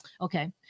okay